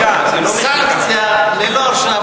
סנקציה ללא הרשעה,